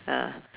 ya